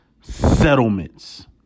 settlements